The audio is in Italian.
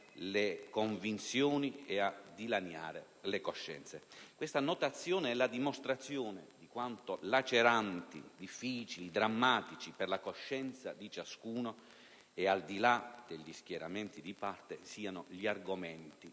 le convinzioni e dilaniare le coscienze. Questa notazione è la dimostrazione di quanto laceranti, difficili, drammatici per la coscienza di ciascuno e al di là degli schieramenti di parte, siano gli argomenti